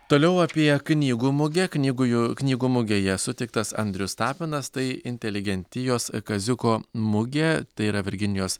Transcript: toliau apie knygų mugę knygų jų knygų mugėje sutiktas andrius tapinas tai inteligentijos kaziuko mugė tai yra virginijos